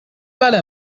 بله